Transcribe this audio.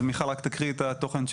מיכל, תקריאי את התוכן.